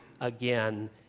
again